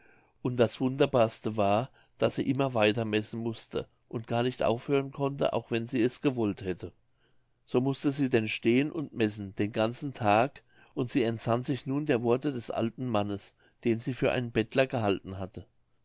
und das wunderbarste war daß sie immer weiter messen mußte und gar nicht aufhören konnte wenn sie auch gewollt hätte so mußte sie denn stehen und messen den ganzen tag und sie entsann sich nun der worte des alten mannes den sie für einen bettler gehalten hatte